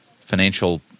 financial